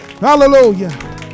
hallelujah